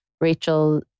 Rachel